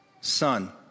Son